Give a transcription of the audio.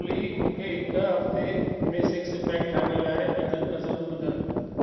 ऑली मूंखे हिकु हफ़्ते में सिक्स पैक ठाहिण लाइ बहितरीन कसरतूं ॿुधायो